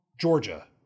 Georgia